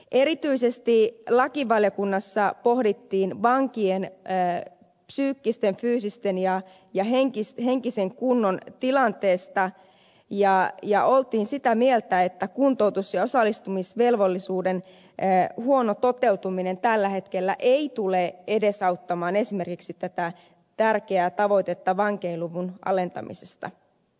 erityisesti lakivaliokunnassa pohdittiin vankien psyykkisen fyysisen ja henkisen kunnon tilannetta ja oltiin sitä mieltä että kuntoutus ja osallistumisvelvollisuuden huono toteutuminen tällä hetkellä ei tule edesauttamaan esimerkiksi tätä tärkeää tavoitetta vankiluvun alentamisesta